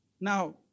Now